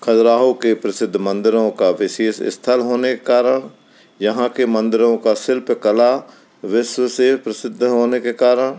खजुराहो के प्रसिद्ध मंदिरों का विशेष स्थल होने कारण यहाँ के मंदिरों का शिल्प कला विश्व से प्रसिद्ध होने के कारण